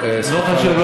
לא חשוב,